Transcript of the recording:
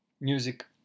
music